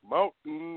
Mountain